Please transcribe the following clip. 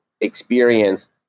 experience